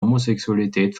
homosexualität